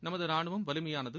நமது ரானுவம் வலிமையானது